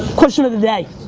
question of the day,